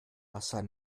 wasser